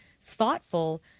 thoughtful